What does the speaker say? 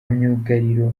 myugariro